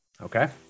okay